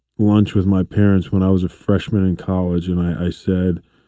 lunch with my parents when i was a freshman in college and i said,